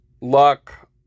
luck